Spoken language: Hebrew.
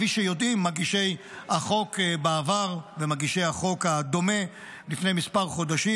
כפי שיודעים מגישי החוק בעבר ומגישי החוק הדומה לפני מספר חודשים,